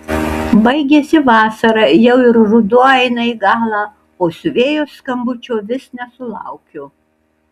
baigėsi vasara jau ir ruduo eina į galą o siuvėjos skambučio vis nesulaukiu